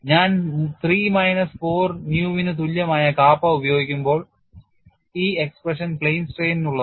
ഞാൻ 3 മൈനസ് 4 ന്യൂവിന് തുല്യമായ kappa ഉപയോഗിക്കുമ്പോൾ ഈ എക്സ്പ്രഷൻ plane strain നുള്ളതാണ്